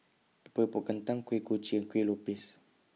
Epok Epok Kentang Kuih Kochi and Kueh Lopes